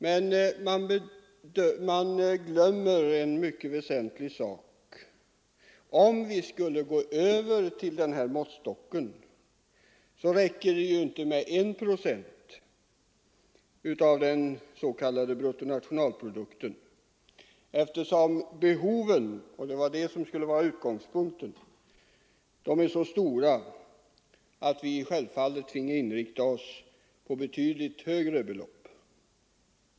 Men man glömmer en mycket väsentlig sak: Om vi skulle gå över till denna måttstock, så skulle det inte räcka med 1 procent av den s.k. bruttonationalprodukten. Behoven — det var ju de som skulle vara utgångspunkten — är så stora att vi i så fall självklart finge inrikta oss på betydligt högre belopp.